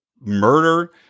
murder